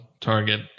target